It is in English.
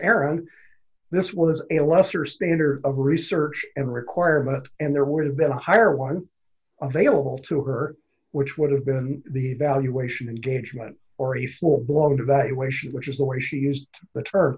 aaron this was a lesser standard of research and requirement and there would have been a higher one available to her which would have been the evaluation gauge meant or a small blog devaluation which is the way she used the term